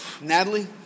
Natalie